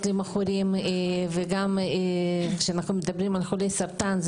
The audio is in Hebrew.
להיות מכורים לזה וכשאנחנו מדברים על חולי סרטן,